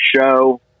show